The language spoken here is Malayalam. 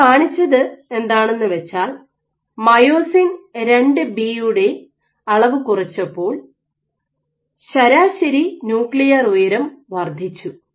അവർ കാണിച്ചത് എന്താണെന്ന് വെച്ചാൽ മയോസിൻ II ബിയുടെ അളവ് കുറച്ചപ്പോൾ ശരാശരി ന്യൂക്ലിയർ ഉയരം വർദ്ധിച്ചു